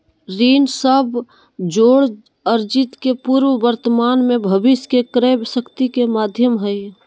ऋण सब जोड़ अर्जित के पूर्व वर्तमान में भविष्य के क्रय शक्ति के माध्यम हइ